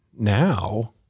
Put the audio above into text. now